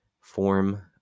form